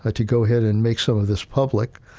ah to go ahead and make some of this public.